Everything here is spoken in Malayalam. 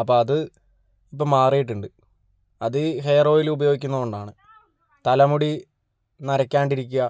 അപ്പം അത് ഇപ്പോൾ മാറിയിട്ടുണ്ട് അത് ഈ ഹെയർ ഓയിൽ ഉപയോഗിക്കുന്നതു കൊണ്ടാണ് തലമുടി നരക്കാണ്ടിരിക്കുക